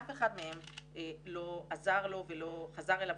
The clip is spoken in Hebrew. אף אחד מהם לא עזר לו ולא חזר אליו,